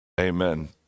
amen